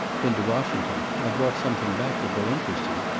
been to washington. i brought something back that will interest you.